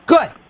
Good